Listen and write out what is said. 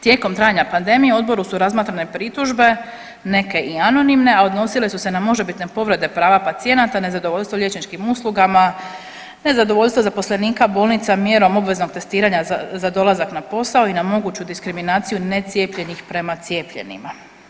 Tijekom trajanja pandemije, u Odboru su razmatrane pritužbe, neke i anonimne, a odnosile su se na možebitne povrede prava pacijenata, nezadovoljstvo liječničkim uslugama, nezadovoljstvo zaposlenika bolnica mjerom obveznog testiranja za dolazak na posao i na moguću diskriminaciju necijepljenih prema cijepljenima.